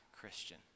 Christian